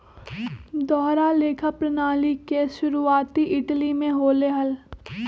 दोहरा लेखा प्रणाली के शुरुआती इटली में होले हल